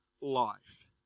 life